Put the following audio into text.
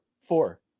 four